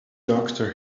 doctor